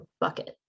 bucket